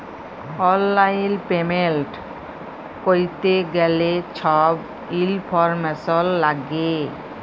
অললাইল পেমেল্ট ক্যরতে গ্যালে ছব ইলফরম্যাসল ল্যাগে